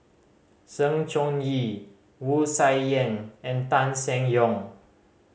Sng Choon Yee Wu Tsai Yen and Tan Seng Yong